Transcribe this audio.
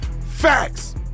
Facts